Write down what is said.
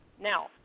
Now